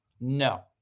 No